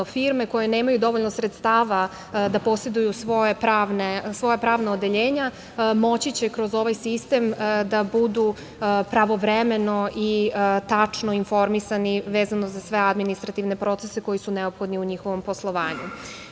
firme koje nemaju dovoljno sredstava da poseduju svoja pravna odeljenja, moći će kroz ovaj sistem da budu pravovremeno i tačno informisani vezano za sve administrativne procese koji su neophodni u njihovom poslovanju. Ono